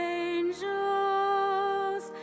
angels